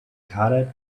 kader